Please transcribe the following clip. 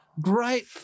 great